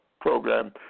program